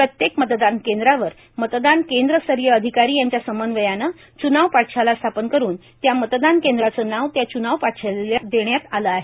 प्रत्येक मतदान केंद्रावर मतदान केंद्रस्तरीय अधिकारी यांच्या समन्वयाने च्नाव पाठशाला स्थापन करून त्या मतदान केंद्राचे नाव त्या च्नाव पाठशाळेला देण्यात आले आहे